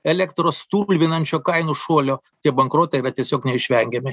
elektros stulbinančio kainų šuolio tie bankrotai yra tiesiog neišvengiami